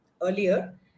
earlier